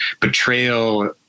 betrayal